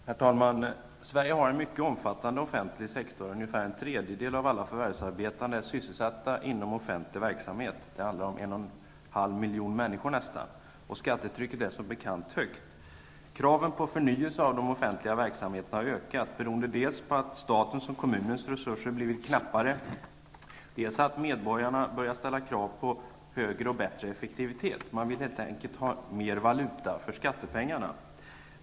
Herr talman! Sverige har en mycket omfattande offentlig sektor. Ungefär en tredjedel av alla förvärvsarbetande är sysselsatta inom offentlig verksamhet. Det innebär nästan en och en halv miljon människor, och skattetrycket är som bekant högt. Kraven på en förnyelse av de offentliga verksamheterna har ökat, beroende dels på att statens och kommunernas resurser har blivit knappare, dels på att medborgarna börjat ställa krav på en högre och bättre effektivitet. Man vill helt enkelt ha mer valuta för skattepengarna.